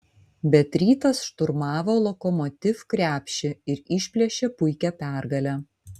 bet rytas šturmavo lokomotiv krepšį ir išplėšė puikią pergalę